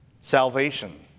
Salvation